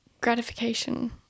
gratification